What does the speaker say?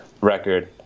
record